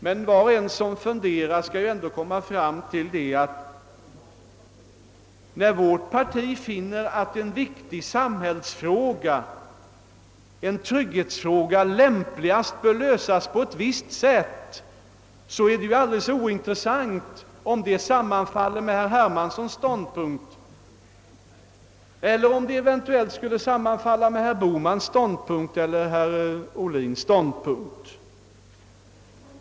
Men var och en som funderar över saken skall förstå att när vårt parti finner lämpligt att lösa en viktig samhällsfråga på ett visst sätt, så är det helt ointressant om lösningen sammanfaller med de synpunkter som framförts av herr Hermansson eller med herrar Bohmans och Ohlins ståndpunkter.